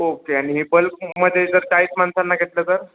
okay आणि हे बल्कमध्ये जर काहीच माणसांना घेतलं तर